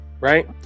right